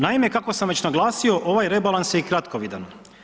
Naime, kako sam već naglasio, ovaj rebalans je i kratkovidan.